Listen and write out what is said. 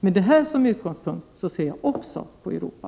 Med detta som utgångspunkt ser jag också på Europa.